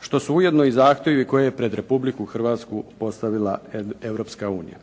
što su ujedno i zahtjevi koje je pred Republiku Hrvatsku postavila Europska unija.